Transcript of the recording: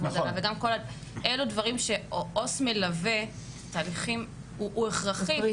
עבודה - אלו דברים שעובד סוציאלי מלווה הוא הכרחי.